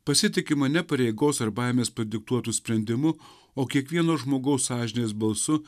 pasitikima ne pareigos ar baimės padiktuotu sprendimu o kiekvieno žmogaus sąžinės balsu